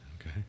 okay